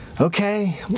okay